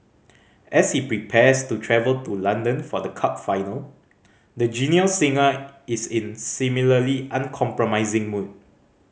as he prepares to travel to London for the cup final the genial singer is in similarly uncompromising mood